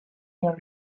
their